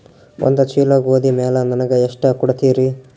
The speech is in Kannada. ಒಂದ ಚೀಲ ಗೋಧಿ ಮ್ಯಾಲ ನನಗ ಎಷ್ಟ ಕೊಡತೀರಿ?